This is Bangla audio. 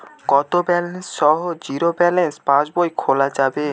কত ব্যালেন্স সহ জিরো ব্যালেন্স পাসবই খোলা যাবে?